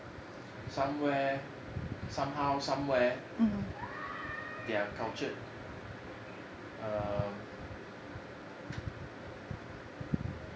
somewhere somehow somewhere their culture um